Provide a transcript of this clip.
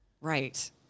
Right